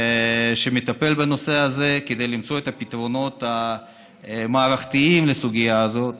שמטפל בנושא הזה כדי למצוא את הפתרונות המערכתיים לסוגיה הזאת,